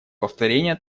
повторения